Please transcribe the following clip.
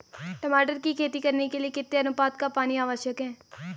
टमाटर की खेती करने के लिए कितने अनुपात का पानी आवश्यक है?